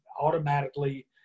automatically